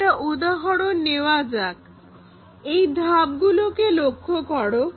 একটা উদাহরন নেওয়া যাক এই ধাপগুলোকে লক্ষ্য করো